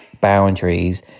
boundaries